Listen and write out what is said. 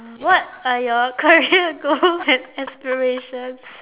mm what are your career goals and aspirations